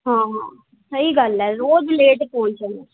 ਹਾਂ ਸਹੀ ਗੱਲ ਹੈ ਰੋਜ਼ ਲੇਟ ਪਹੁੰਚਦੇ